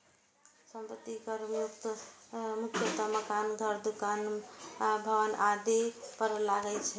संपत्ति कर मुख्यतः घर, मकान, दुकान, भवन आदि पर लागै छै